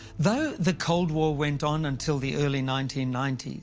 though the cold war went on until the early nineteen ninety